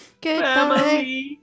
Goodbye